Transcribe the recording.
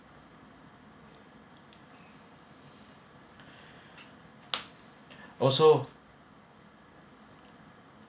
also